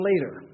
later